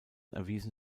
erwiesen